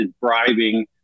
bribing